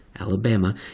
Alabama